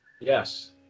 Yes